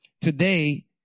today